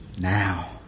now